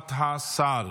תשובת השר.